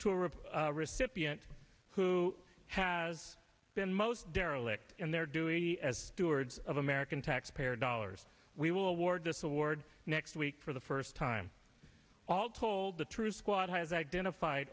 rip recipient who has been most derelict in their doing as stewards of american taxpayer dollars we will award this award next week for the first time all told the truth squad has identified